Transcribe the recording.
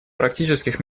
практических